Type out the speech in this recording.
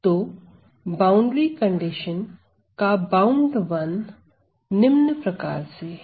तो boundary condition का bound one निम्न प्रकार से है